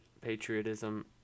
patriotism